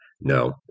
No